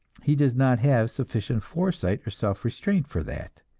he does not have sufficient foresight or self-restraint for that.